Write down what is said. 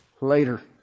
later